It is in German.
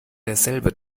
derselbe